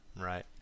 Right